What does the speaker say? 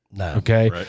okay